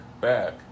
back